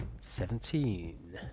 seventeen